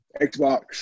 Xbox